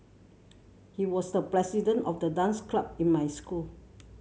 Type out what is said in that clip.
he was the president of the dance club in my school